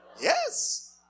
Yes